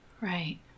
Right